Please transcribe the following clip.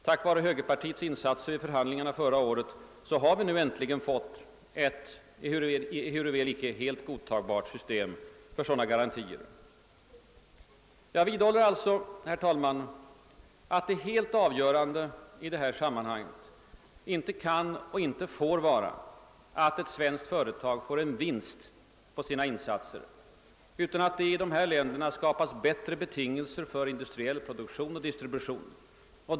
Tack vare högerpartiets insatser vid förhandlingarna förra året har vi nu äntligen fått ett — ehuruväl icke helt godtagbart — system för sådana garantier. Jag vidhåller alltså, herr talman, att det helt avgörande i detta sammanhang inte kan och inte får vara att ett svenskt företag gör en vinst på sina insatser utan att det i dessa länder skapas bättre betingelser för industriell produktion och distribution.